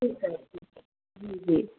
ठीकु आहे ठीकु आहे जी जी